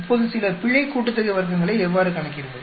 இப்போது சில பிழை கூட்டுத்தொகை வர்க்கங்களை எவ்வாறு கணக்கிடுவது